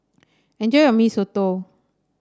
enjoy your Mee Soto